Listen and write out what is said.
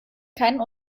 keinen